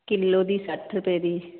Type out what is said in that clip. kilo ਦੀ ਸੱਠ ਰੁਪਏ ਦੀ